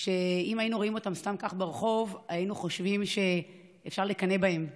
שאם היינו רואים אותם סתם כך ברחוב היינו חושבים שאפשר לקנא בהם,